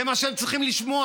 זה מה שהם צריכים לשמוע.